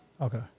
Okay